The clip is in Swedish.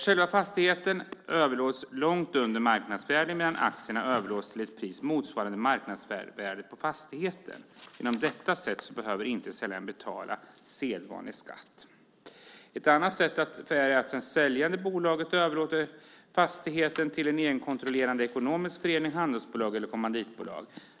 Själva fastigheten överlåts långt under marknadsvärdet medan aktierna överlåts till ett pris motsvarande marknadsvärdet på fastigheten. På detta sätt behöver säljaren inte betala sedvanlig skatt. Ett annat sätt är att det säljande bolaget överlåter fastigheten till en egenkontrollerande ekonomisk förening, ett handelsbolag eller ett kommanditbolag.